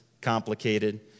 complicated